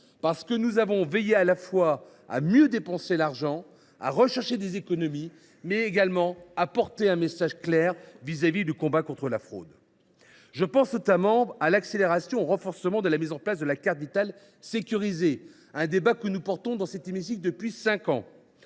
: nous avons veillé à mieux dépenser l’argent, à rechercher des économies, mais également à adresser un message clair dans le combat contre la fraude. Je pense notamment à l’accélération et au renforcement de la mise en place de la carte Vitale sécurisée, une mesure que nous défendons dans cet hémicycle depuis cinq ans.